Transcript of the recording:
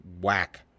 whack